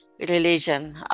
religion